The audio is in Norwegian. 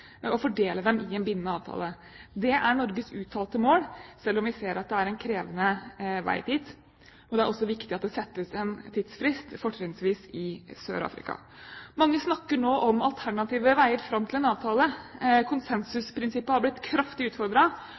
fordele dem i en bindende avtale. Det er Norges uttalte mål, selv om vi ser at det er en krevende vei dit. Det er også viktig at det settes en tidsfrist, fortrinnsvis i Sør-Afrika. Mange snakker nå om alternative veier fram til en avtale. Konsensusprinsippet har blitt kraftig